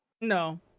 No